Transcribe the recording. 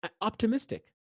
optimistic